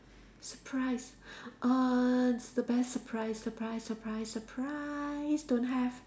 surprise err the best surprise surprise surprise surprise don't have